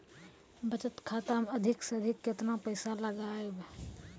बचत खाता मे अधिक से अधिक केतना पैसा लगाय ब?